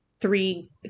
three